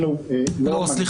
אנחנו לא מגבילים.